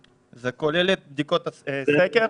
זה כולל את בדיקות הסקר?